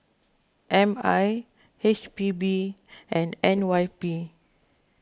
M I H P B and N Y P